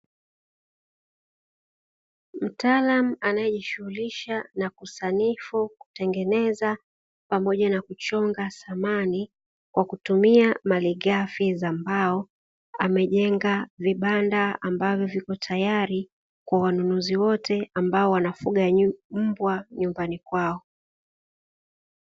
Mtaalamu anayejishughulisha na kusanifu, kutengeneza pamoja na kuchonga samani kwa kutumia malighafi za mbao, amejenga vibanda ambavyo vipo tayari kwa wanunuzi wote ambao wanafuga mbwa nyumbani kwao.